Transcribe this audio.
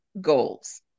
goals